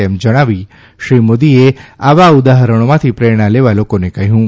તેમ જણાવીને શ્રી મોદીએ આવા ઉદાહરણોમાંથી પ્રેરણા લેવા લોકોને કહ્યું હતું